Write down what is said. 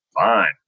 fine